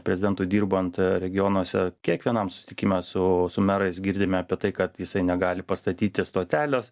prezidentui dirbant regionuose kiekvienam susitikime su su merais girdime apie tai kad jisai negali pastatyti stotelės